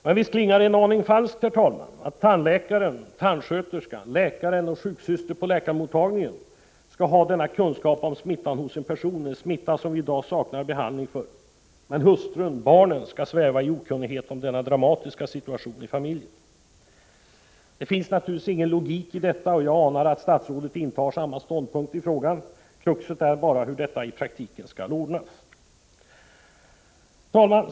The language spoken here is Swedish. Men visst klingar det en aning falskt, herr talman, att tandläkaren och tandsköterskan, läkaren och sjuksystern på läkarmottagningen skall ha denna kunskap om smittan hos en person, en smitta som vi i dag saknar behandling för, men att hustrun och barnen skall sväva i okunnighet om denna dramatiska situation i familjen. Det finns naturligtvis ingen logik i detta, och jag anar att också statsrådet intar den ståndpunkten i frågan. Kruxet är hur detta i praktiken skall ordnas. Herr talman!